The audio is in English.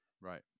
right